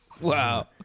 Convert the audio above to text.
Wow